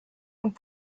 und